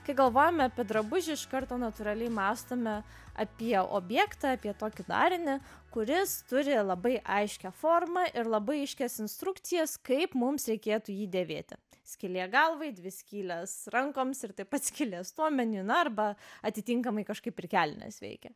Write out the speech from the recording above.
kai galvojame apie drabužį iš karto natūraliai mąstome apie objektą apie tokį darinį kuris turi labai aiškią formą ir labai aiškias instrukcijas kaip mums reikėtų jį dėvėti skylė galvai dvi skyles rankoms ir taip atskilęs stuomenin arba atitinkamai kažkaip ir kelnes veikia